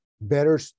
better